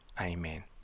Amen